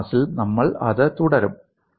അടുത്ത ക്ലാസ്സിൽ നമ്മൾ അത് തുടരും